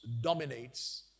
dominates